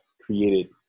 created